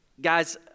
guys